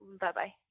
Bye-bye